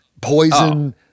poison